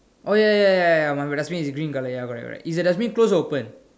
oh ya ya ya ya ya ya my dustbin is green color ya correct correct is the dustbin close open